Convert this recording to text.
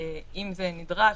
אם זה נדרש,